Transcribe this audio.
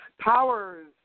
powers